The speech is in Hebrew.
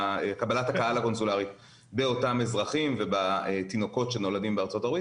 ובקבלת הקהל הקונסולרית באותם אזרחים ובתינוקות שנולדים בארצות הברית.